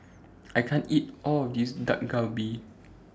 I can't eat All of This Dak Galbi